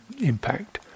impact